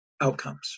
outcomes